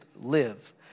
live